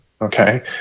okay